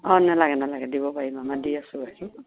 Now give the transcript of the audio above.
অঁ নালাগে নালাগে দিব পাৰিম আমাৰ দি আছোঁ গাখীৰ